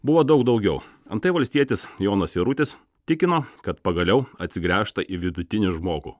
buvo daug daugiau antai valstietis jonas jarutis tikino kad pagaliau atsigręžta į vidutinį žmogų